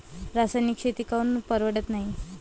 रासायनिक शेती काऊन परवडत नाई?